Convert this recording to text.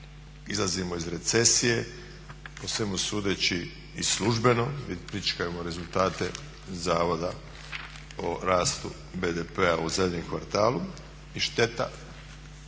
izlazimo iz recesije po svemu sudeći i službeno, pričekajmo rezultate zavoda o rastu BDP-a u zadnjem kvartalu i šteta